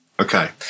Okay